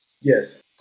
Yes